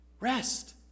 Rest